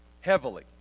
heavily